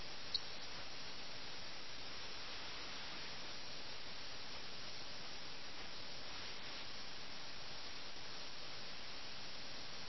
നിങ്ങളെ മാത്രമല്ല നിങ്ങളുടെ ചുറ്റുമുള്ളവരെയും ബാധിക്കുന്ന ഒരു പ്രശ്നമാണ് അത് രാജ്യത്തിനും രാഷ്ട്രത്തിനും ആഗോള സാമൂഹിക ക്രമത്തിന് തന്നെയും ദൂരവ്യാപകമായ പ്രത്യാഘാതങ്ങൾ ഉണ്ടാക്കുന്നു